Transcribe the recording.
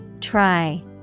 Try